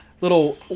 little